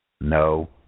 No